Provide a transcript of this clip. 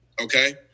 okay